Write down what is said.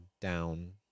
down